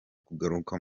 kugaruka